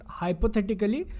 hypothetically